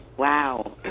Wow